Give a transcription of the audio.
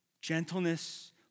gentleness